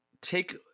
take